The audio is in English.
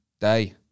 day